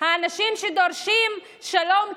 האנשים שדורשים שלום צודק,